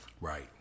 Right